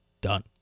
done